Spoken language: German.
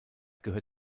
gehört